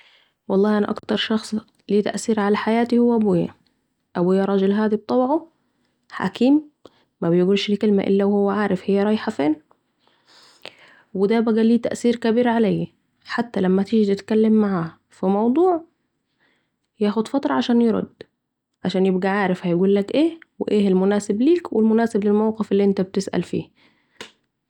والله أنا أكتر شخص ليه تأثير على حياتي هو أبويا ،ابويا راجل هادي بطبعه حكيم ميقولش الكلمه إلا وهو عارف هي رايحه فين و ده بقي ليه تأثير كبير عليِ حتي لما تيجي تتكلم معاها في موضوع ياخدفتره عشان يرد علشان يبقي عارف هيقولك ايه والمناسب ليك و المناسب للموقف الي أنت بتسأل فيه